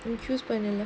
you choose vanilla